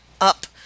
up